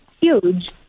huge